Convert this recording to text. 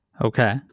Okay